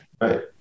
right